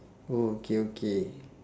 oh okay okay